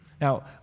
Now